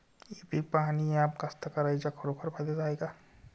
इ पीक पहानीचं ॲप कास्तकाराइच्या खरोखर फायद्याचं हाये का?